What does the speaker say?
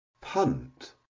punt